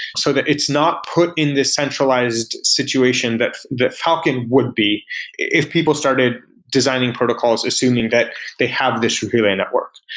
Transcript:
so that it's not put in the centralized situation that that falcon would be if people started designing protocols assuming that they have this relay network.